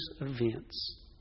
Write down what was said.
events